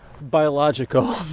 biological